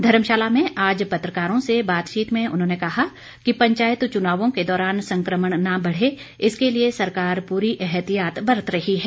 धर्मशाला में आज पत्रकारों से बातचीत में उन्होंने कहा कि पंचायत चुनावों के दौरान संक्रमण न बढ़े इसके लिए सरकार पूरी एहतियात बरत रही है